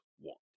want